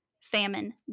famine